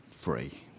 free